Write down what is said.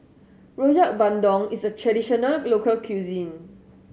Rojak Bandung is a traditional local cuisine